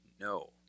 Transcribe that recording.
No